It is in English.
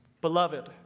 beloved